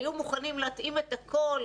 היו מוכנים להתאים את הכול,